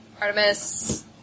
Artemis